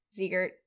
Ziegert